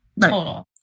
total